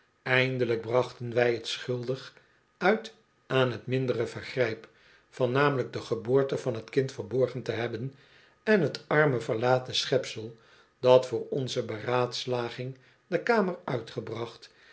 eindelijk brachten wij t schuldig uit aan t mindere vergrijp van namelijk de geboorte van t kind verborgen te hebben en t arme verlaten schepsel dat voor onze beraadslaging de kamer uitgebracht